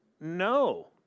No